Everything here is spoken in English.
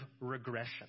regression